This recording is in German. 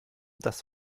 das